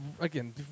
again